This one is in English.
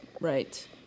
Right